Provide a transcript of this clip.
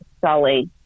sully